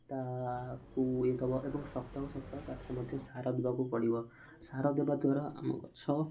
ତାକୁ ଇଏ ଦେବ ଏବଂ ସପ୍ତାହକୁ ସପ୍ତାହ ତା'ଦେହରେ ମଧ୍ୟ ସାର ଦେବାକୁ ପଡ଼ିବ ସାର ଦେବା ଦ୍ୱାରା ଆମ ଗଛ